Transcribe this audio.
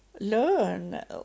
learn